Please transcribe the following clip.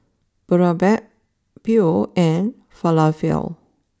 Boribap Pho and Falafel